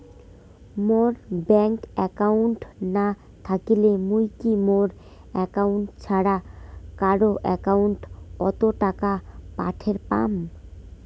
মোর bank account না থাকিলে মুই কি মোর একাউন্ট ছাড়া কারো একাউন্ট অত টাকা পাঠের পাম?